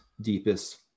deepest